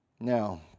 Now